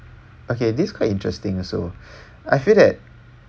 okay this quite interesting also I feel that